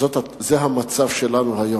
וזה המצב שלנו היום.